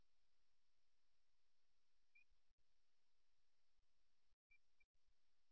தரையில் இரு கால்களிலும் நிற்பது நடுநிலை மற்றும் சக்திவாய்ந்த நிலைப்பாடு